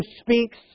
speaks